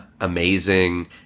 amazing